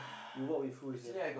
you walk with who sia